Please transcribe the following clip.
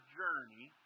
journey